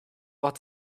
what